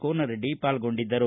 ಕೋನರಡ್ಡಿ ಪಾಲ್ಗೊಂಡಿದ್ದರು